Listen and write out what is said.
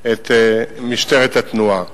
את משטרת התנועה.